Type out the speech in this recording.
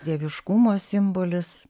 dieviškumo simbolis